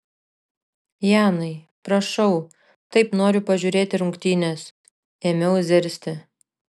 janai prašau taip noriu pažiūrėti rungtynes ėmiau zirzti